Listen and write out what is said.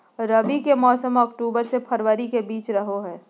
रबी के मौसम अक्टूबर से फरवरी के बीच रहो हइ